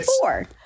Four